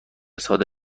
صادر